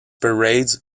parades